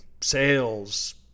sales